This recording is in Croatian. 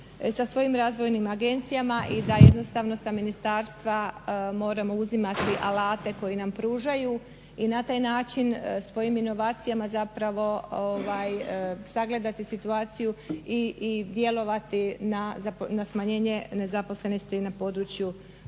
sa svojim razvojnim agencijama i da jednostavno sa ministarstva moramo uzimati alate koji nam pružaju i na taj način svojim inovacijama zapravo sagledati situaciju i djelovati na smanjenje nezaposlenosti na području